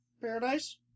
paradise